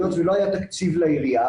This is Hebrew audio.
היות ולא היה תקציב לעירייה,